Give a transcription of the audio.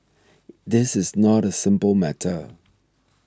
this is not a simple matter